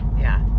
yeah.